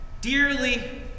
dearly